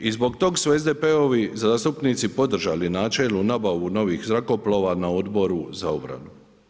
I zbog tog su SDP-ovi zastupnici podržali načelnu nabavu novih zrakoplova na Odboru za obranu.